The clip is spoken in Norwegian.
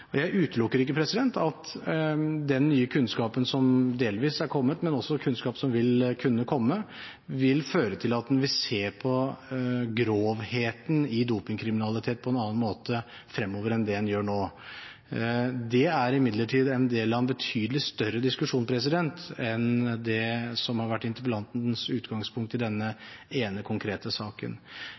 Jeg utelukker ikke at den nye kunnskapen som delvis er kommet, men også kunnskap som vil kunne komme, vil føre til at en vil se på grovheten i dopingkriminalitet på en annen måte fremover enn det en gjør nå. Det er imidlertid en del av en betydelig større diskusjon enn det som har vært interpellantens utgangspunkt i denne ene konkrete saken.